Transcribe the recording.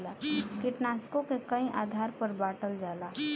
कीटनाशकों के कई आधार पर बांटल जाला